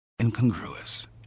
incongruous